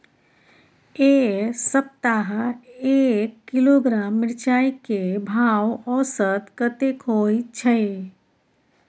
ऐ सप्ताह एक किलोग्राम मिर्चाय के भाव औसत कतेक होय छै?